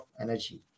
energy